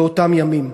באותם ימים.